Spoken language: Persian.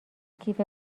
کیف